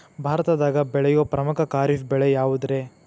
ಭಾರತದಾಗ ಬೆಳೆಯೋ ಪ್ರಮುಖ ಖಾರಿಫ್ ಬೆಳೆ ಯಾವುದ್ರೇ?